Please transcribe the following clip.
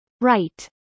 Right